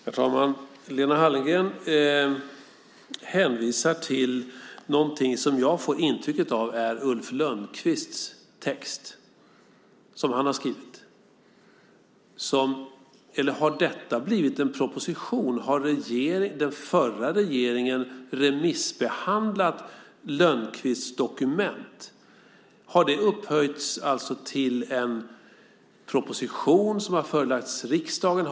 Herr talman! Lena Hallengren hänvisar till någonting som jag får intrycket av är Ulf Lönnqvists text, en text som han har skrivit. Har detta blivit en proposition? Har den förra regeringen remissbehandlat Lönnqvists dokument? Har det alltså upphöjts till en proposition som har förelagts riksdagen?